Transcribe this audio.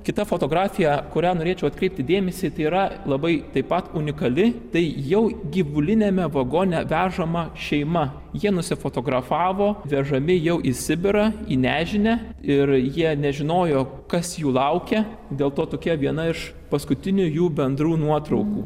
kita fotografija kurią norėčiau atkreipti dėmesį tai yra labai taip pat unikali tai jau gyvuliniame vagone vežama šeima jie nusifotografavo vežami jau į sibirą į nežinią ir jie nežinojo kas jų laukia dėl to tokia viena iš paskutinių jų bendrų nuotraukų